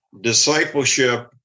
discipleship